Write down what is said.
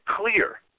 clear